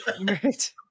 Right